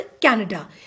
Canada